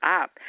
up